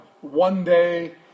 one-day